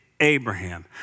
Abraham